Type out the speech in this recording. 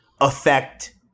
affect